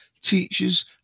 teachers